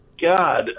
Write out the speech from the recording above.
God